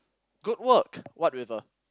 good work what with a